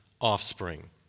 offspring